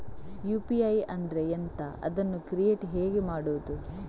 UPI ಅಂದ್ರೆ ಎಂಥ? ಅದನ್ನು ಕ್ರಿಯೇಟ್ ಹೇಗೆ ಮಾಡುವುದು?